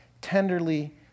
tenderly